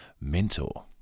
Mentor